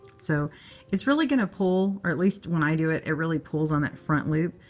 so it's really going to pull or at least, when i do it, it really pulls on that front loop.